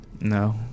No